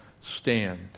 stand